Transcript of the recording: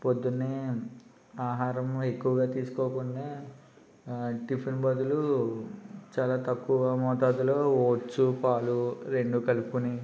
పొద్దున్నే ఆహారం ఎక్కువగా తీసుకోకుండా టిఫిన్ బదులు చాలా తక్కువ మోతాదులో వచ్చు పాలు రెండు కలుపుకుని